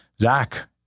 Zach